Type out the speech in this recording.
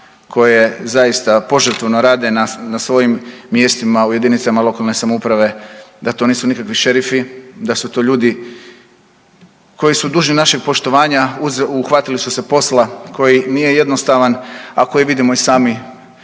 koji zaista požrtvovno rade na svojim mjestima u jedinicama lokalne samouprave, da to nisu nikakvi šerifi, da su to ljudi koji su dužni našeg poštovanja. Uhvatili su se posla koji nije jednostavan, a koji vidimo i sami